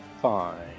fine